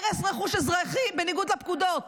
והרס רכוש אזרחי בניגוד לפקודות.